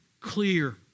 clear